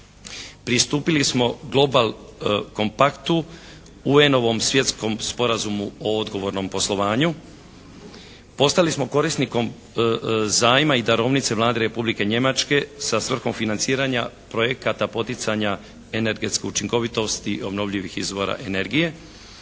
pristupili smo "Global compactu", UN-ovom Svjetskom sporazumu o odgovornom poslovanju, postali smo korisnikom zajma i darovnice Vlade Republike Njemačke sa svrhom financiranja projekata poticanja energetske učinkovitosti obnovljivih izvora energije,